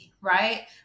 right